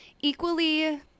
equally